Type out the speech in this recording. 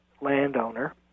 landowner